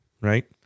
right